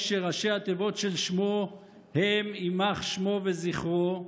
שראשי התיבות של שמו הם יימח שמו וזכרו,